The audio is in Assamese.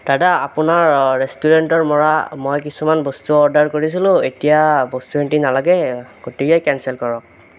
দাদা আপোনাৰ ৰেষ্টুৰেণ্টৰ পৰা মই কিছুমান বস্তু অৰ্ডাৰ কৰিছিলোঁ এতিয়া বস্তুখিনি নালাগে গতিকে কেনচেল কৰক